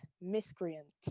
miscreant